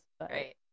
Right